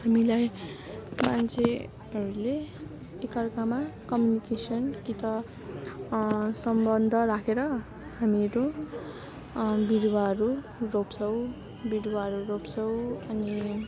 हामीलाई मान्छेहरूले एकाअर्कामा कम्युनिकेसन कि त सम्बन्ध राखेर हामीहरू बिरुवाहरू रोप्छौँ बिरुवाहरू रोप्छौँ अनि